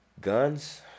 Guns